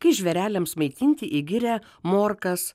kai žvėreliams maitinti į girią morkas